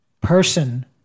person